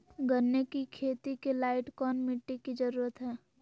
गन्ने की खेती के लाइट कौन मिट्टी की जरूरत है?